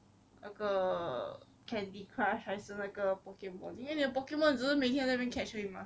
那个 candy crush 还是那个 pokemon pokemon 只是每天在那边 catch 而已 mah